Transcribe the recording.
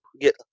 get